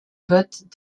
votent